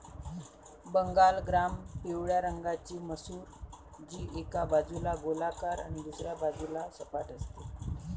Bengal gram पिवळ्या रंगाची मसूर, जी एका बाजूला गोलाकार आणि दुसऱ्या बाजूला सपाट असते